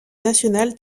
national